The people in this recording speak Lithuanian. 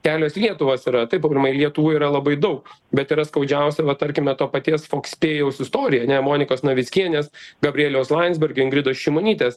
kelios lietuvos yra taip aurimai lietuvų yra labai daug bet yra skaudžiausia va tarkime to paties fokspėjaus istorija ane monikos navickienės gabrieliaus landsbergio ingridos šimonytės